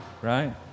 right